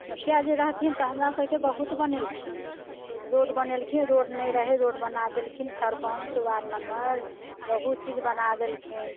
मुखिया जी रहथिन तऽ हमरा सबके बहुत बनेलखिन रोड बनेलखिन रोड नहि रहै रोड बना देलखिन सरपञ्च वार्ड नंबर बहुत चीज बना देलखिन